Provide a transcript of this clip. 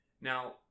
Now